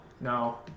No